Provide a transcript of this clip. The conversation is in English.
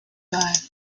drive